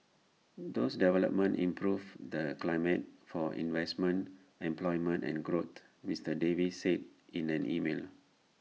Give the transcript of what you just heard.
those developments improve the climate for investment employment and growth Mister Davis said in an email